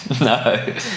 No